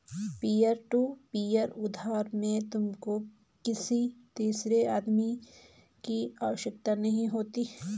peer to peer उधार में तुमको किसी तीसरे आदमी की आवश्यकता नहीं होती